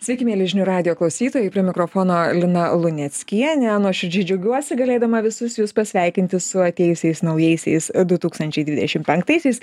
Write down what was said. sveiki mieli žinių radijo klausytojai prie mikrofono lina luneckienė nuoširdžiai džiaugiuosi galėdama visus jus pasveikinti su atėjusiais naujaisiais du tūkstančiai dvidešim penktaisiais